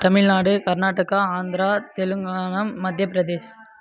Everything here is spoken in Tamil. தமிழ்நாடு கர்நாடகா ஆந்திரா தெலுங்கானா மத்தியப்பிரதேஷ்